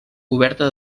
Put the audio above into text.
coberta